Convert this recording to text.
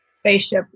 spaceship